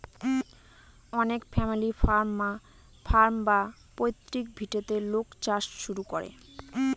অনেক family farm বা পৈতৃক ভিটেতে লোক চাষ শুরু করে